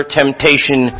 temptation